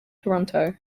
toronto